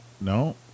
No